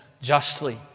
justly